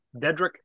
Dedrick